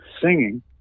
singing